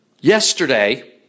yesterday